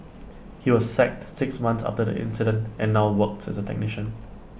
he was sacked six months after the incident and now works as A technician